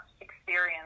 experience